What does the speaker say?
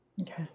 Okay